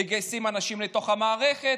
מגייסים אנשים למערכת.